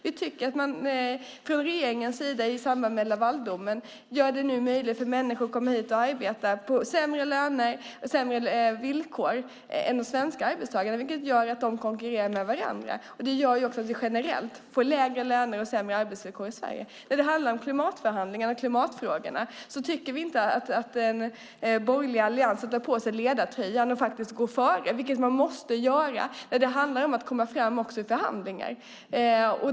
Vi tycker att man från regeringens sida i samband med Lavaldomen gör det möjligt för människor att komma hit och arbeta för sämre löner och på sämre villkor än de svenska arbetstagarna, vilket gör att de konkurrerar med varandra. Det gör också att vi generellt får lägre löner och sämre arbetsvillkor i Sverige. När det handlar om klimatförhandlingarna och klimatfrågorna tycker vi inte att den borgerliga alliansen drar på sig ledartröjan och faktiskt går före, vilket man måste göra när det handlar om att komma framåt i förhandlingar.